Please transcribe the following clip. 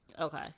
okay